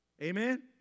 Amen